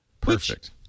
Perfect